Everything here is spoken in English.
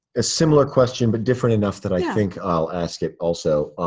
a similar question, but different enough that i think i'll ask it also.